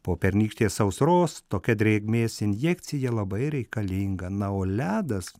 po pernykštės sausros tokia drėgmės injekcija labai reikalinga na o ledas